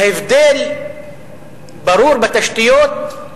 ההבדל ברור בתשתיות,